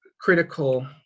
critical